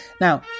Now